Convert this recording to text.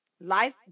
Life